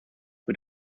who